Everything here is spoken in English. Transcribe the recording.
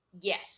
Yes